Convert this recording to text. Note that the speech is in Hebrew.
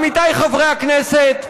עמיתיי חברי הכנסת,